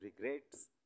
regrets